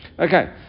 Okay